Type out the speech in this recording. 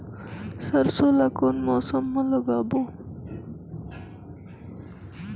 सरसो ला कोन मौसम मा लागबो?